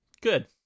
Good